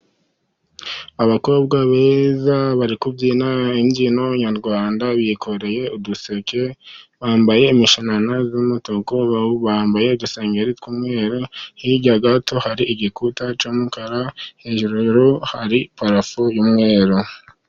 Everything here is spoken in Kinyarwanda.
Abakobwa beza bari kubyina imbyino nyarwanda, bikoreye uduseke, bambaye imishanana y'umutuku, bambaye udusengeri tw'umweru. Hirya gato hari igikuta cy'umukara, hejuru hari parafo y'umweru.